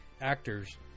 actors